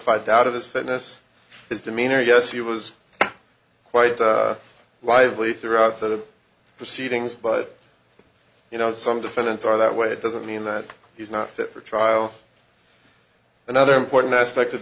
doubt of his fitness his demeanor yes he was quite lively throughout the proceedings but you know some defendants are that way it doesn't mean that he's not fit for trial another important aspect of